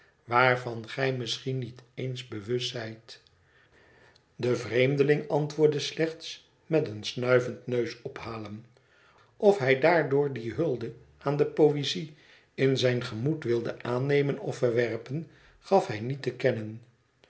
waarvan gij misschien niet eens bewust zijt de vreemdeling antwoordde slechts met een snuivend neusophalen of hij daardoor die hulde aan de poëzie in zijn gemoed wilde aannemen of verwerpen gaf hij niet te kennen